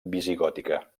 visigòtica